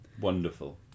wonderful